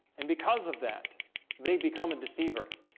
and because of that they become a deceiver